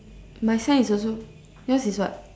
my sign is also yours is what